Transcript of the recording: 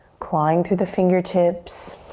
clawing through the fingertips,